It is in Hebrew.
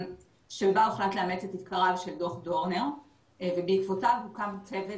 שבה הוחלט לאמץ את עיקריו של דוח דורנר ובעקבותיו הוקם צוות